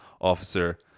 officer